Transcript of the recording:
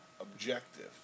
objective